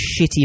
shitty